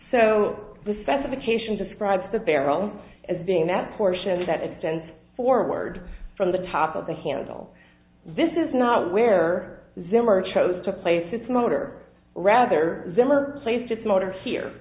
so the specification describes the barrel as being that portion that extends forward from the top of the handle this is not where zimmer chose to place its motor rather ziller place just motor here